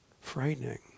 frightening